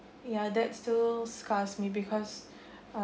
ya that's still scars me because